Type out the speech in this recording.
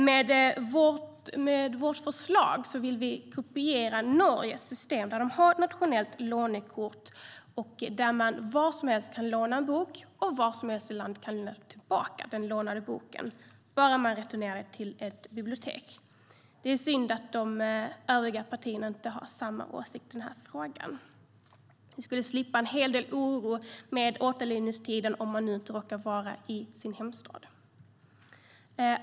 Med vårt förslag vill vi kopiera Norges system. De har ett nationellt lånekort. Där kan man låna en bok var som helst och lämna tillbaka den lånade boken var som helst i landet, bara man returnerar den till ett bibliotek. Det är synd att de övriga partierna inte har samma åsikt i frågan. Vi skulle slippa en hel del oro för återlämningstiden, om vi nu inte råkar vara i vår hemstad.